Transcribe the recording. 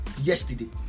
yesterday